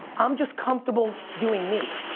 i'm just comfortable doing me.